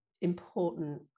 important